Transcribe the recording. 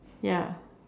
ya